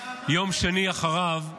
יום שני אחריו הוא